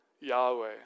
Yahweh